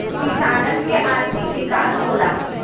किसानन के आर्थिक विकास होला